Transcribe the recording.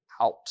out